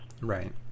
Right